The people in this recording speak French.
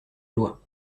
loi